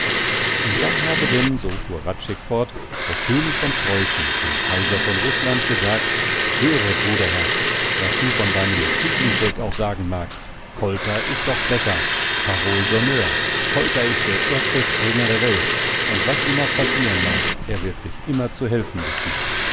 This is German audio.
und da habe denn so fuhr hradscheck fort der könig von preußen zum kaiser von rußland gesagt höre bruderherz was du von deinem stiglischeck auch sagen magst kolter ist doch besser parole d'honneur kolter ist der erste springer der welt und was ihm auch passiren mag er wird sich immer zu helfen wissen